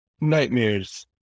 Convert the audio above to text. nightmares